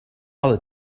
other